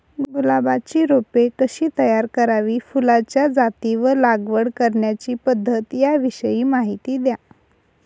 गुलाबाची रोपे कशी तयार करावी? फुलाच्या जाती व लागवड करण्याची पद्धत याविषयी माहिती द्या